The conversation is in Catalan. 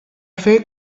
fer